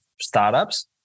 startups